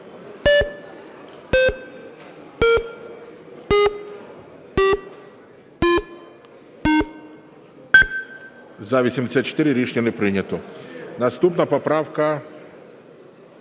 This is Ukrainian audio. За-84 Рішення не прийнято. Наступна поправка